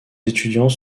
étudiants